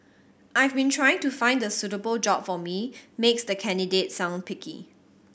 I've been trying to find the suitable job for me makes the candidate sound picky